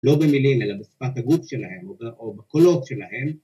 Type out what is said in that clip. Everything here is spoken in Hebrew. ‫לא במילים, אלא בשפת הגוף שלהם ‫או בקולות שלהם.